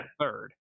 third